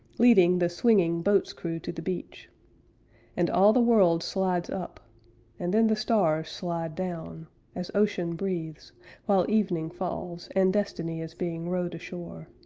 leading the swinging boat's crew to the beach and all the world slides up and then the stars slide down as ocean breathes while evening falls, and destiny is being rowed ashore.